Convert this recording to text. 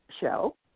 show